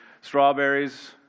strawberries